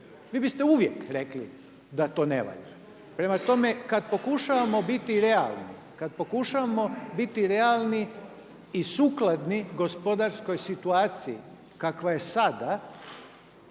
Vi biste uvijek rekli da to ne valja. Prema tome, kad pokušavamo biti realni, kad pokušavamo biti realni i sukladni gospodarskoj situaciji kakva je sada,